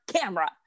camera